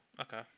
okay